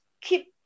keep